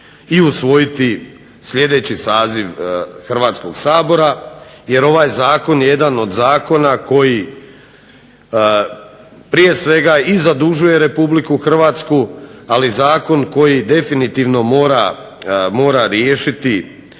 i usvojiti sljedeći saziv Hrvatskoga sabora jer ovaj zakon je jedan od zakona koji prije svega i zadužuje Republiku Hrvatsku, ali i zakon koji definitivno mora riješiti